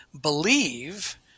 believe